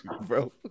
bro